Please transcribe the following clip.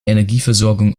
energieversorgung